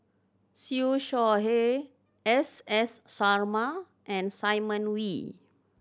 Siew Shaw Her S S Sarma and Simon Wee